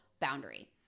boundary